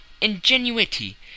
ingenuity